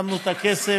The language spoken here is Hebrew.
שמנו את הכסף.